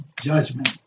judgment